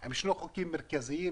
עם שני החוקים המרכזיים האלה,